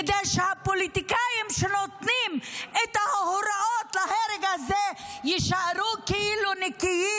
כדי שהפוליטיקאים שנותנים את ההוראות להרג הזה יישארו כאילו נקיים.